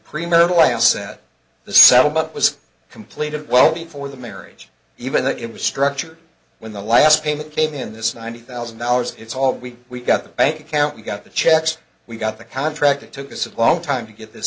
pre marital i said the settlement was completed well before the marriage even that infrastructure when the last payment came in this ninety thousand dollars it's all we we got the bank account we got the checks we got the contract it took us a long time to get this